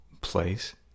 place